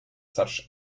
such